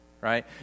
right